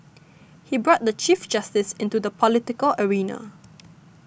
he brought the Chief Justice into the political arena